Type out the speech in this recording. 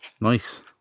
nice